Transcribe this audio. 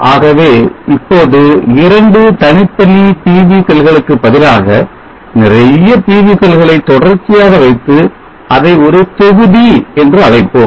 ஆகவே இப்போது இரண்டு தனித்தனி PV செல்களுக்கு பதிலாக நிறைய PV செல்களை தொடர்ச்சியாக வைத்து அதை ஒரு தொகுதி என்று அழைப்போம்